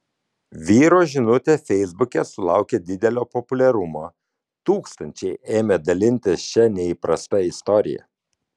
vyro žinutė feisbuke sulaukė didelio populiarumo tūkstančiai ėmė dalintis šia neįprasta istorija